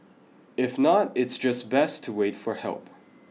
if not it's just best to wait for help